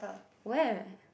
where